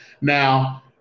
Now